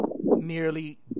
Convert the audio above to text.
nearly